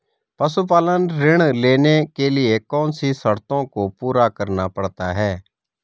पशुपालन ऋण लेने के लिए कौन सी शर्तों को पूरा करना पड़ता है?